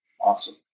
awesome